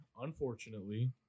unfortunately